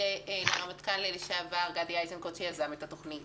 לרמטכ"ל לשעבר גדי איזנקוט שיזם את התוכנית